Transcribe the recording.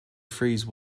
freeze